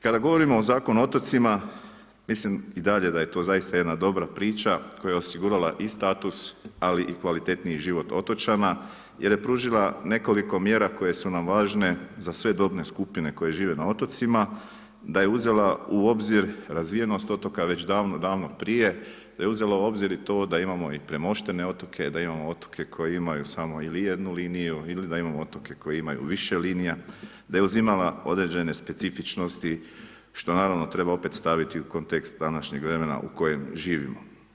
Kada govorimo o Zakonu o otocima, mislim i dalje da je to zaista jedna dobra priča koja je osigurala i status ali i kvalitetniji život otočana jer je pružila nekoliko mjera koje su nam važne za sve dobne skupine koje žive na otocima, da je uzela u obzir razvijenost otoka već davno, davno prije, da je uzela u obzir i to da imamo i premoštene otoke, da imamo otoke koji imaju samo ili jednu liniju ili da imamo otoke koji imaju više linija, da je uzimala određene specifičnosti što naravno treba opet staviti kontekst današnjeg vremena u kojem živimo.